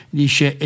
dice